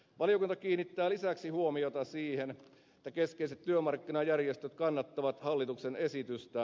valiokunta kiinnittää lisäksi huomiota siihen että keskeiset työmarkkinajärjestöt kannattavat hallituksen esitystä